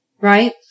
right